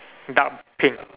dark pink